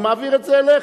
והוא מעביר את זה אליך.